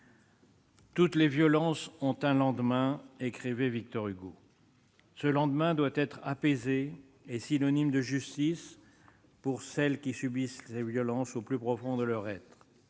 « Toutes les violences ont un lendemain », écrivait Victor Hugo. Ce lendemain doit être apaisé et synonyme de justice pour celles qui subissent ces violences au plus profond de leur être.